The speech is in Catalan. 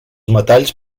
metalls